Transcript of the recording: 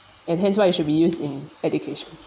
and hence why it should be used in education